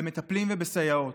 מטפלים וסייעות.